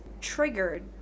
triggered